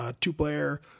two-player